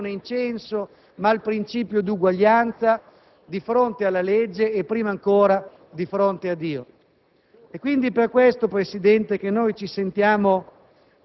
fra uomo e donna, di attuare non la divisione in censo ma il principio di uguaglianza di fronte alla legge e, prima ancora, di fronte a Dio.